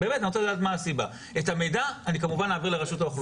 את המידע אני כמובן אעביר לרשות האוכלוסין.